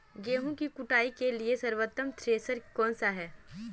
गेहूँ की कुटाई के लिए सर्वोत्तम थ्रेसर कौनसा है?